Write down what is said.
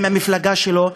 עם המפלגה שלו,